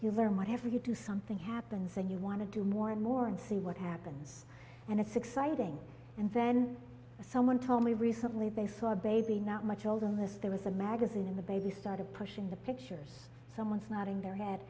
you learn whatever you do something happens and you want to do more and more and see what happens and it's exciting and then someone told me recently bayswater baby not much older than this there was a magazine in the baby started pushing the pictures someone's nodding their head